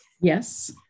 Yes